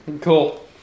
cool